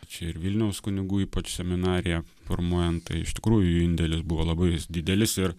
čia ir vilniaus kunigų ypač seminarija formuojant tai iš tikrųjų jų indėlis buvo labai didelis ir